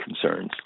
concerns